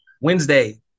Wednesday